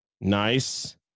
Nice